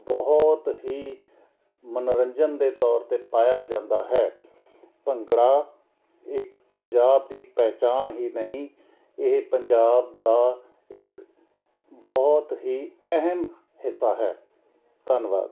ਬਹੁਤ ਹੀ ਮਨੋਰੰਜਨ ਦੇ ਤੌਰ 'ਤੇ ਪਾਇਆ ਜਾਂਦਾ ਹੈ ਭੰਗੜਾ ਇੱਕ ਪੰਜਾਬ ਦੀ ਪਹਿਚਾਣ ਹੀ ਨਹੀਂ ਇਹ ਪੰਜਾਬ ਦਾ ਇੱਕ ਬਹੁਤ ਹੀ ਅਹਿਮ ਹਿੱਸਾ ਹੈ ਧੰਨਵਾਦ